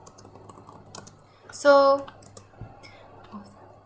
so